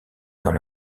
dans